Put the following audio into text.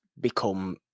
become